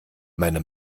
meine